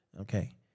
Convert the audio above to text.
Okay